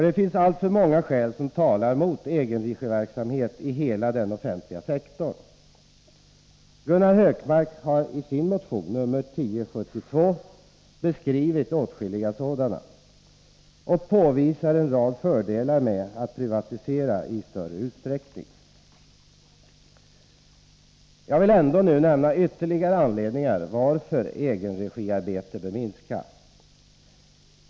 Det finns alltför många skäl som talar mot egenregiverksamhet i hela den offentliga sektorn. Gunnar Hökmark har i sin motion nr 1982/83:1072 beskrivit åtskilliga sådana och påvisat en rad fördelar med att man privatiserar i större utsträckning. Jag vill nu ändå nämna ytterligare anledningar till att egenregiarbetet bör minska. 1.